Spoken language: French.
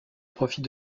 profit